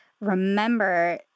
remember